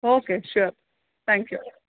okay sure thank you